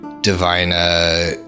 Divina